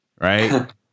right